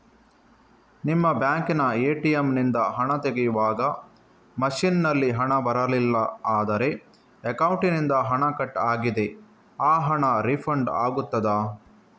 ನಿಮ್ಮ ಬ್ಯಾಂಕಿನ ಎ.ಟಿ.ಎಂ ನಿಂದ ಹಣ ತೆಗೆಯುವಾಗ ಮಷೀನ್ ನಲ್ಲಿ ಹಣ ಬರಲಿಲ್ಲ ಆದರೆ ಅಕೌಂಟಿನಿಂದ ಹಣ ಕಟ್ ಆಗಿದೆ ಆ ಹಣ ರೀಫಂಡ್ ಆಗುತ್ತದಾ?